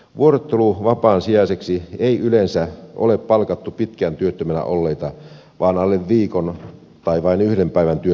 vuorotteluvapaan sijaisiksi ei yleensä ole palkattu pitkään työttöminä olleita vaan alle viikon tai vain yhden päivän työttöminä olleita